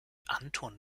anton